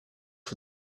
for